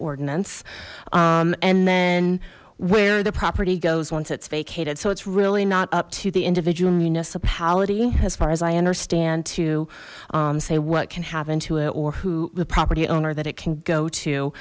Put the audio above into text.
ordinance and then where the property goes once it's vacated so it's really not up to the individual municipality as far as i understand to say what can happen to it or who the property owner that it can go to